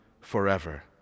forever